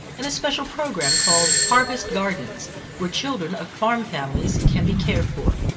and a special program called harvest gardens where children of farm families can be cared for.